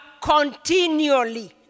continually